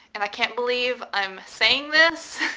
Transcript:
and i can't believe i'm saying this.